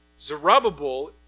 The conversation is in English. Zerubbabel